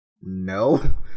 no